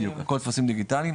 בדיוק, הכל טפסים דיגיטליים.